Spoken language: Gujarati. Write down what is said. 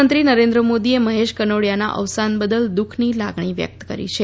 પ્રધાનમંત્રી નરેન્દ્ર મોદીએ મહેશ કનોડીયાના અવસાન બદલ દુઃખની લાગણી વ્યકત કરી છે